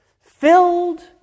filled